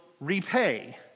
repay